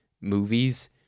movies